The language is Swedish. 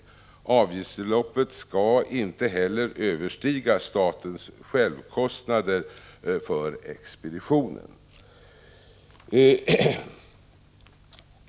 Avgiftsbeloppet skall inte heller överstiga statens självkostnader för expeditionen.